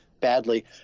badly